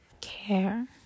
care